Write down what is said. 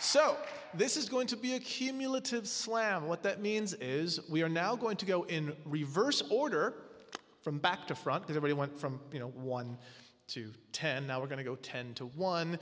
so this is going to be a cumulative slam what that means is we are now going to go in reverse order from back to front of everyone from you know one to ten now we're going to go ten to one